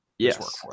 Yes